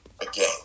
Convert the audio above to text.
again